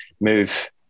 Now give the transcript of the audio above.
move